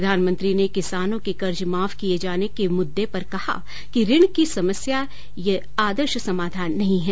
प्रधानमंत्री ने किसानों के कर्ज माफ किए जाने के मुद्दे पर कहा कि ऋण की समस्या को यह आदर्श समाधान नहीं है